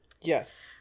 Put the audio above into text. Yes